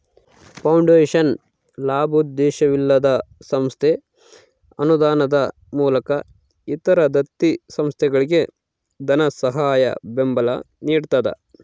foundation ಲಾಭೋದ್ದೇಶವಿಲ್ಲದ ಸಂಸ್ಥೆ ಅನುದಾನದ ಮೂಲಕ ಇತರ ದತ್ತಿ ಸಂಸ್ಥೆಗಳಿಗೆ ಧನಸಹಾಯ ಬೆಂಬಲ ನಿಡ್ತದ